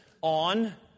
on